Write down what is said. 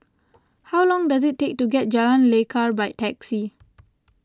how long does it take to get to Jalan Lekar by taxi